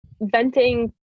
venting